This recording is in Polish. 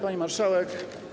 Pani Marszałek!